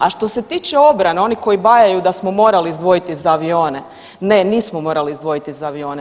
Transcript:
A što se tiče obrane, oni koji bajaju da smo morali izdvojiti za avione, ne nismo morali izdvojiti za avione.